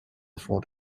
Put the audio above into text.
fraud